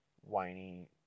whiny